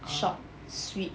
ah